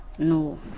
No